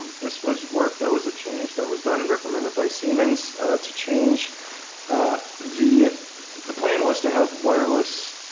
this was work that was a change that was done and recommended by siemens to change the the plan was to have wireless